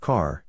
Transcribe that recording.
Car